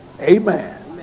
Amen